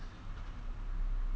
你自己讲